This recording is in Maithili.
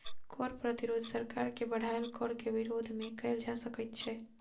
कर प्रतिरोध सरकार के बढ़ायल कर के विरोध मे कयल जा सकैत छै